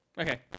Okay